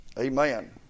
Amen